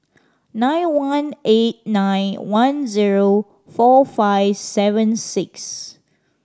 nine one eight nine one zero four five seven six